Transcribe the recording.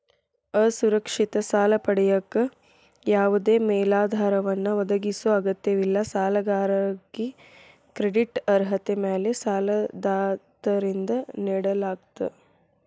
ಅಸುರಕ್ಷಿತ ಸಾಲ ಪಡೆಯಕ ಯಾವದೇ ಮೇಲಾಧಾರವನ್ನ ಒದಗಿಸೊ ಅಗತ್ಯವಿಲ್ಲ ಸಾಲಗಾರಾಗಿ ಕ್ರೆಡಿಟ್ ಅರ್ಹತೆ ಮ್ಯಾಲೆ ಸಾಲದಾತರಿಂದ ನೇಡಲಾಗ್ತ